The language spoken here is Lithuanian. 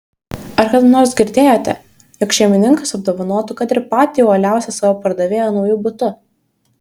ar kada nors girdėjote jog šeimininkas apdovanotų kad ir patį uoliausią savo pardavėją nauju butu